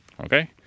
Okay